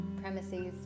premises